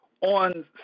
on